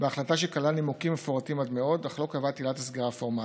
בהחלטה שכללה נימוקים מפורטים עד מאוד אך לא קבעה עילת סגירה פורמלית.